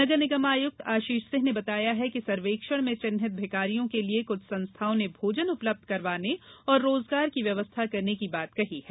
नगर निगम आयुक्त आशीष सिंह ने बताया कि सर्वेक्षण में चिन्हित भिखारियों के लिए कुछ संस्थाओं ने भोजन उपलब्ध करवाने और रोजगार की व्यवस्था करने की बात कही हैं